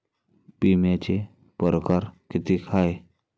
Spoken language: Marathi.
बिम्याचे परकार कितीक हाय?